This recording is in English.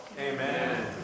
Amen